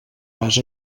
pas